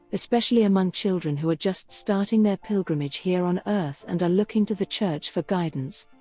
especially among children who are just starting their pilgrimage here on earth and are looking to the church for guidance.